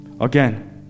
Again